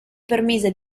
permise